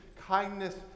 kindness